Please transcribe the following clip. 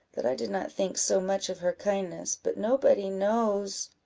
that i did not think so much of her kindness, but nobody knows